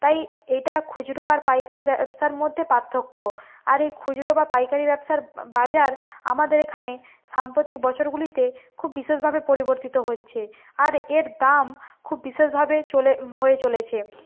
তাই এইটা খুজরো আর পাইকারি ব্যবসার মধ্যে পার্থক্য আর এই খুজরো বা পাইকারি ব্যবসার বাজার আমাদের এখানে সাম্পতিক বছরগুলিতে খুব বিশেষভাবে পরিবর্তিত হচ্ছে আর এর দাম খুব বিশেষভাবে চলে হয়ে চলেছে